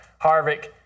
Harvick